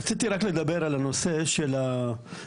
רציתי רק לדבר על הנושא של הבדיקה,